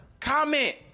Comment